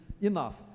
enough